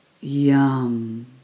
yum